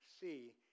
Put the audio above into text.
see